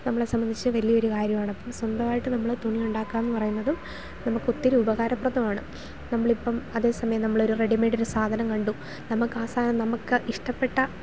നമ്മളെ സംബന്ധിച്ചു വലിയ ഒരു കാര്യമാണ് അപ്പം സ്വന്തമായിട്ട് നമ്മൾ തുണി ഉണ്ടാക്കുക എ ന്നു പറയുന്നതും നമുക്ക് ഒത്തിരി ഉപകാരപ്രദമാണ് നമ്മൾ ഇപ്പം അതേ സമയം നമ്മൾ ഒരു റെഡിമെയിഡ് ഒരു സാധനം കണ്ടു നമുക്ക് ആ നമുക്ക് ഇഷ്ടപ്പെട്ട